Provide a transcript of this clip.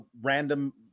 random